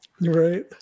Right